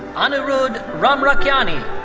anirudh ramrakhyani.